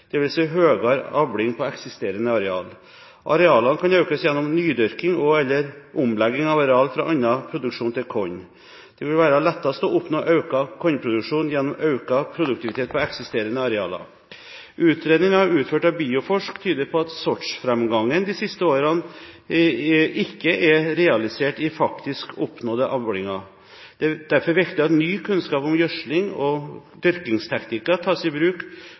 avling på eksisterende areal. Arealene kan økes gjennom nydyrking og/eller omlegging av areal fra annen produksjon til korn. Det vil være lettest å oppnå økt kornproduksjon gjennom økt produktivitet på eksisterende arealer. Utredningen utført av Bioforsk tyder på at sortsframgangen de siste årene ikke er realisert i faktisk oppnådde avlinger. Det er derfor viktig at ny kunnskap om gjødsling og dyrkingsteknikker tas i bruk